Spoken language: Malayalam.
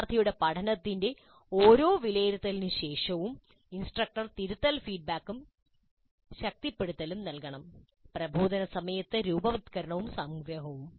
വിദ്യാർത്ഥിയുടെ പഠനത്തിന്റെ ഓരോ വിലയിരുത്തലിനുശേഷവും ഇൻസ്ട്രക്ടർ തിരുത്തൽ ഫീഡ്ബാക്കും ശക്തിപ്പെടുത്തലും നൽകണം പ്രബോധന സമയത്ത് രൂപവത്കരണവും സംഗ്രഹവും